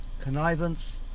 connivance